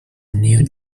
new